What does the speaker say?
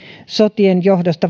sotien johdosta